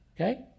okay